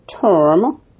term